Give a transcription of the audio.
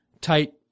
tight